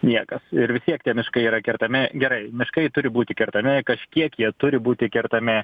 niekas ir vis tiek tie miškai yra kertami gerai miškai turi būti kertami kažkiek jie turi būti kertami